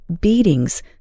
beatings